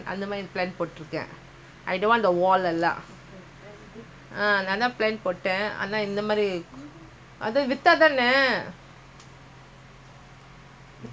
நான்தா:naantha plan போட்டிருக்கேன்அதுஇதைவித்தாதானவித்தாதானவாங்கமுடியும்:poottitukken athu idhai vitthaa thana vitthaa thana vaanka mudiyum